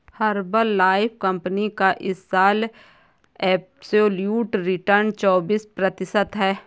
Herbalife company का इस साल एब्सोल्यूट रिटर्न चौबीस प्रतिशत है